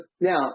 now